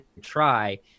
try